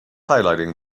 highlighting